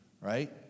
right